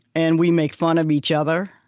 and we make fun of each other,